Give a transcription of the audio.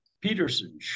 Peterson